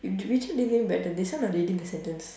which one do you think is better this one or reading the sentence